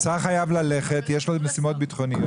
השר חייב ללכת, יש לו משימות ביטחוניות.